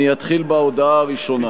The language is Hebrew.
אני אתחיל בהודעה הראשונה.